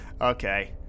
Okay